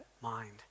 mind